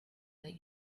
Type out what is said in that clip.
that